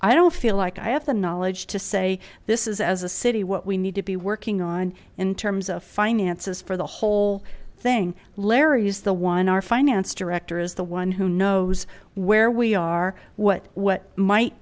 i don't feel like i have the knowledge to say this is as a city what we need to be working on in terms of finances for the whole thing larry's the one our finance director is the one who knows where we are what what m